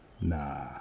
Nah